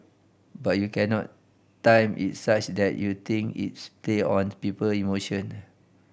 but you cannot time it such that you think it's play on people emotion